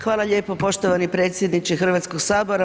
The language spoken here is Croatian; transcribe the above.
Hvala lijepa poštovani predsjedniče Hrvatskog sabora.